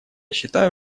считаю